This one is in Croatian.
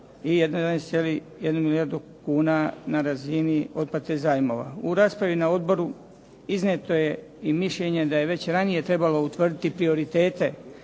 i 11,1 milijardi kuna na razini otplate zajmova. U raspravi na odboru iznijeto je i mišljenje da je već ranije trebalo utvrditi prioritete